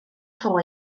tro